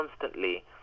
constantly